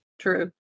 True